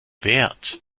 wert